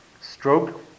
stroke